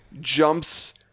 jumps